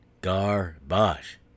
garbage